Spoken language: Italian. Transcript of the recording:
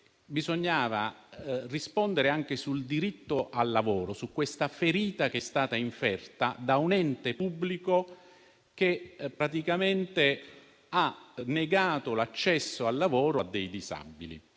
bisognava rispondere anche sul diritto al lavoro, sulla ferita che è stata inferta da un ente pubblico che praticamente ha negato l'accesso al lavoro a dei disabili.